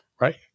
right